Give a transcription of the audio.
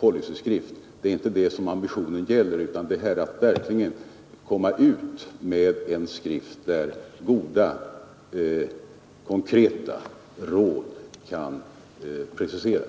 policyskrift. Det är inte en sådan skrift som ambitionen gäller, utan det är att verkligen komma ut med en skrift där goda, konkreta råd kan preciseras.